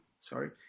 sorry